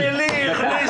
אמא שלי הכניסה.